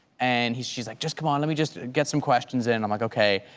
and she's she's like, just come on, let me just get some questions in. i'm like okay.